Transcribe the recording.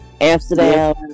Amsterdam